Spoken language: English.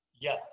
Yes